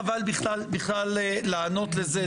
חבל בכלל לענות לזה,